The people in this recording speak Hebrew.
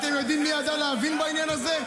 ואתם יודעים מי ידע להבין בעניין הזה?